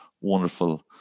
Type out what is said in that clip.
wonderful